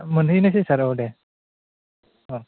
मोनहैनायसै सार औ दे औ